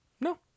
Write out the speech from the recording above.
no